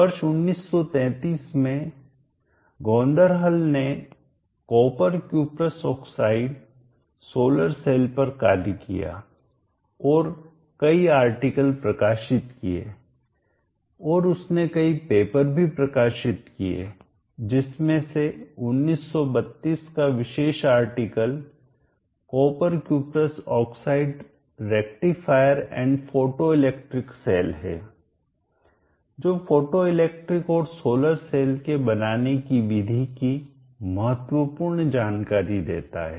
वर्ष 1933 में गोर्न्दह्ल ने copper cuprous oxide solar cell पर कार्य किया और कई आर्टिकल प्रकाशित किए और उसने कई पेपर भी प्रकाशित किए जिसमें से 1932 का विशेष article copper cuprous oxide rectifier and photoelectric cell है जो फोटोइलेक्ट्रिक और सोलर सेल के बनाने की विधि की महत्वपूर्ण जानकारी देता है